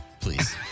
Please